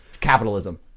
capitalism